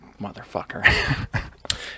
motherfucker